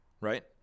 right